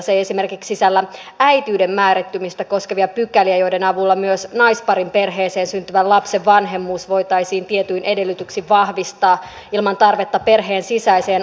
se ei esimerkiksi sisällä äitiyden määrittymistä koskevia pykäliä joiden avulla myös naisparin perheeseen syntyvän lapsen vanhemmuus voitaisiin tietyin edellytyksin vahvistaa ilman tarvetta perheen sisäiseen adoptioon